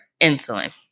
insulin